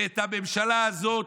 הממשלה הזאת,